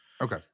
Okay